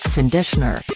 conditioner,